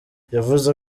yavuze